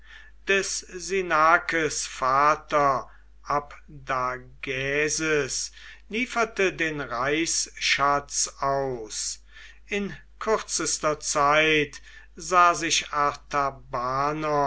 des sinnakes vater abdagaeses lieferte den reichsschatz aus in kürzester zeit sah sich